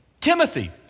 Timothy